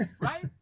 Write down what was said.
Right